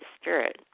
Spirit